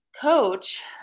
coach